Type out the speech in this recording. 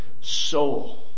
soul